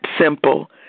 simple